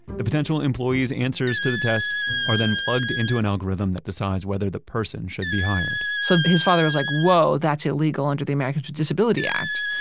the potential employee's answers to the test are then plugged into an algorithm that decides whether the person should be hired so his father was like, whoa, that's illegal under the americans with disability act.